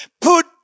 put